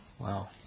wow